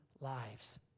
lives